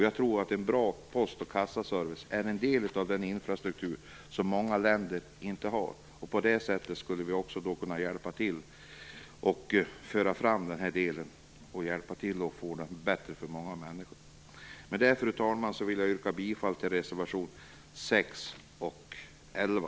Jag tror att en bra postoch kassaservice är en del av den infrastruktur som många länder inte har. På det sättet skulle vi kunna hjälpa till att föra fram denna del och få det bättre för många människor. Fru talman! Med detta yrkar jag bifall till reservationerna 6 och 11.